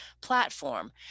platform